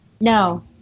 No